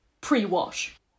pre-wash